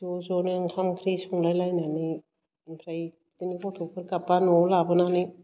ज' ज'नो ओंखाम ओंख्रि संलाय लायनानै ओमफ्राय बिदिनो गथ'फोर गाब्बा न'आव लाबोनानै